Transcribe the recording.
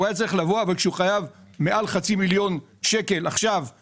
הוא היה צריך לבוא אבל כשהוא חייב מעל חצי מיליון שקלים כי